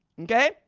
Okay